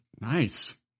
Nice